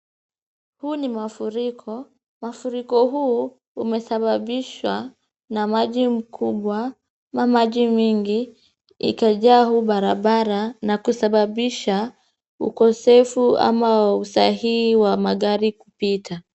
Huu ni mafuriko. Mafuriko huu umesababisahwa na maji mingi ikijaa kwa barabara na kusababisha ukosefu ama usahihi wa magari kupita.